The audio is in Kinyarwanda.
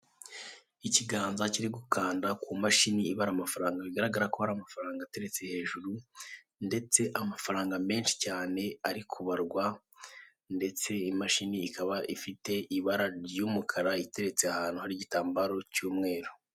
Ikiganza kiri gukanda ku mashini ibara amafaranga bigaragara ko hari amafaranga ateretse hejuru ndetse amafaranga menshi cyane ari kubarwa ndetse imashini ikaba ifite ikaba ifite ibara ry'umukara iteretse ahantu hari igitambaro cy'umweru.